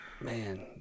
Man